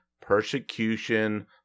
persecution